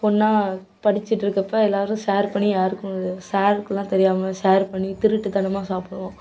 ஒன்னாக படிச்சுட்டு இருக்கிறப்ப எல்லோரும் ஷேர் பண்ணி யாருக்கும் சாருக்கெல்லாம் தெரியாமல் ஷேர் பண்ணி திருட்டுத்தனமாக சாப்பிடுவோம்